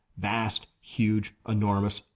vast, huge enormous,